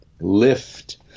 lift